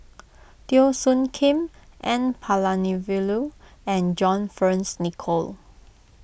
Teo Soon Kim N Palanivelu and John Fearns Nicoll